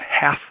half